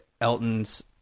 Elton's